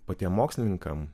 patiem mokslininkam